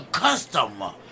customer